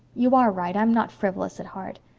you are right i'm not frivolous at heart.